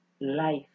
life